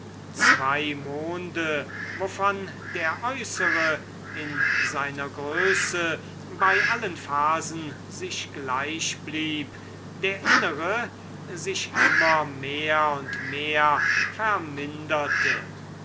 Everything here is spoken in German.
zwei monde wovon der äußere in seiner größe bei allen phasen sich gleich blieb der innere sich immer mehr und mehr verminderte